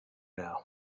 now